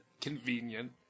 convenient